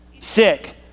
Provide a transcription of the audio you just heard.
Sick